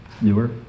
newer